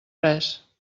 res